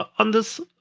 on this